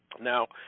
Now